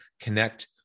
connect